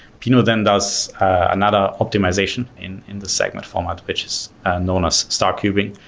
you know then does another optimization in in the segment format, which is known as star cubing.